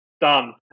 Done